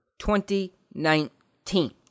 2019